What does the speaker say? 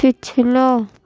پچھلا